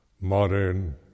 modern